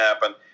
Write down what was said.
happen